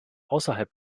außerhalb